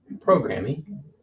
programming